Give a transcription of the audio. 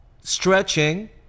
stretching